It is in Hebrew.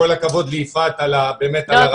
כל הכבוד ליפעת באמת על הרצון --- לא,